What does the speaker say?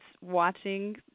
watching